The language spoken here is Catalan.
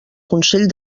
consell